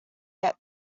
yet